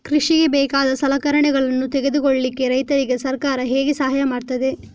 ಕೃಷಿಗೆ ಬೇಕಾದ ಸಲಕರಣೆಗಳನ್ನು ತೆಗೆದುಕೊಳ್ಳಿಕೆ ರೈತರಿಗೆ ಸರ್ಕಾರ ಹೇಗೆ ಸಹಾಯ ಮಾಡ್ತದೆ?